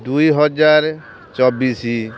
ଦୁଇହଜାର ଚବିଶ